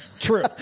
True